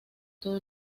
todo